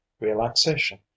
relaxation